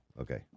Okay